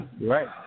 Right